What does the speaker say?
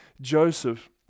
Joseph